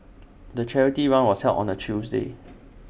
the charity run was held on A Tuesday